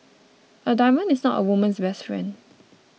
a diamond is not a woman's best friend